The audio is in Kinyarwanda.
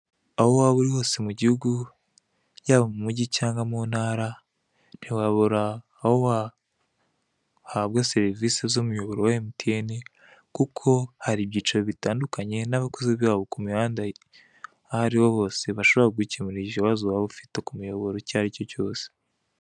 Aho waba uri hose mu gihugu yaba mu mugi cyanga mu ntara ntiwabura aho wahabwa serivise z'umuyoboro wa MTN kuko hari ibyicaro bitandukanye na abakozi babo kumihanda ahariho bashobora ku gukemurira ikibazo waba ufite ku muyoboro icyaricyo cyose.